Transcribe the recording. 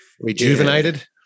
rejuvenated